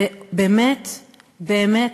ובאמת באמת,